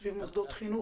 סביב מוסדות חינוך?